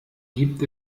gibt